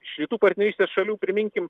šitų partnerystės šalių priminkim